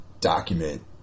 document